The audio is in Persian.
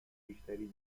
بیشتری